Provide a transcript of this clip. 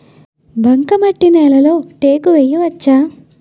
బంకమట్టి నేలలో టేకు వేయవచ్చా?